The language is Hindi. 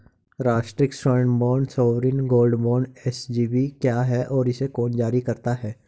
राष्ट्रिक स्वर्ण bond sovereign gold bond SGB क्या है और इसे कौन जारी करता है?